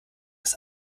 dass